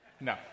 No